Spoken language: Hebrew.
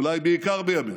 אולי בעיקר בימינו: